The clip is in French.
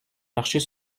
marcher